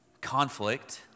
conflict